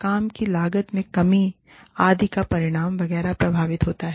काम की लागत में कमी आदि यह परिणाम वगैरह से प्रभावित होता है